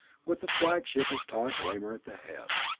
with the flagship of taj lamor at the head.